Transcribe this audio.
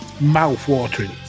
mouth-watering